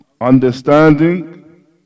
Understanding